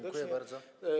Dziękuję bardzo.